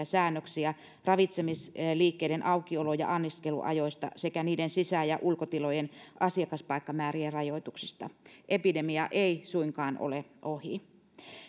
säännöksiä ravitsemisliikkeiden aukiolo ja anniskeluajoista sekä niiden sisä ja ulkotilojen asiakaspaikkamäärien rajoituksista epidemia ei suinkaan ole ohi